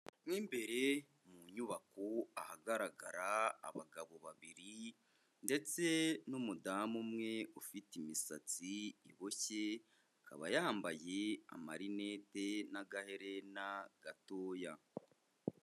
Mo imbere mu nyubako ahagaragara abagabo babiri ndetse n'umudamu umwe, ufite imisatsi iboshye, akaba yambaye amarinete n'agahena gatoya.